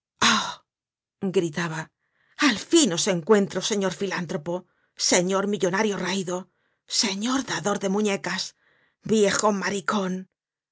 gritaba al fin os encuentro señor filántropo señor millonario raido señor dador de muñecas viejo maricon